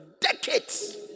decades